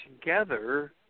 together